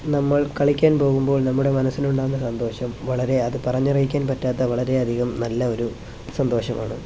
നമ്മൾ കളിക്കാൻ പോകുമ്പോൾ നമ്മുടെ മനസ്സിനുണ്ടാകുന്ന സന്തോഷം വളരെ അതു പറഞ്ഞറിയിക്കാൻ പറ്റാത്ത വളരെ അധികം നല്ല ഒരു സന്തോഷമാണ്